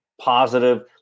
positive